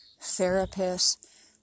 therapists